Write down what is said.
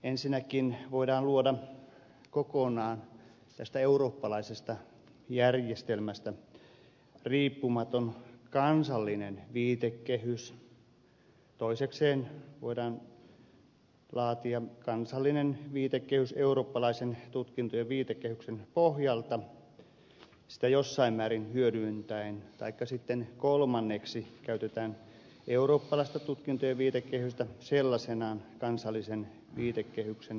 ensinnäkin voidaan luoda kokonaan tästä eurooppalaisesta järjestelmästä riippumaton kansallinen viitekehys toisekseen voidaan laatia kansallinen viitekehys eurooppalaisen tutkintojen viitekehyksen pohjalta sitä jossain määrin hyödyntäen taikka sitten kolmanneksi käytetään eurooppalaista tutkintojen viitekehystä sellaisenaan kansallisen viitekehyksen perustana